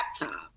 laptop